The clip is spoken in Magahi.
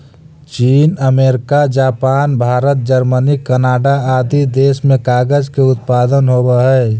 चीन, America, Japan, Bharat, Germany, Canada आदि देश में कागज के उत्पादन होवऽ हई